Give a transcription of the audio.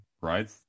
right